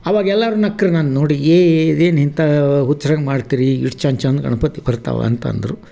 ಆವಾಗ ಎಲ್ಲರೂ ನಕ್ರು ನನ್ನ ನೋಡಿ ಏ ಇದೇನು ಇಂಥ ಹುಚ್ರಂಗೆ ಮಾಡ್ತೀರಿ ಇಷ್ಟು ಚಂದ ಚಂದ ಗಣಪತಿ ಬರ್ತಾವೆ ಅಂತಂದರು